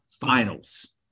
finals